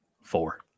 Four